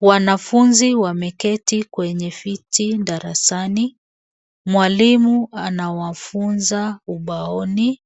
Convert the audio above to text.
Wanafunzi wameketi kwenye viti darasani. Mwalimu anawafunza ubaoni,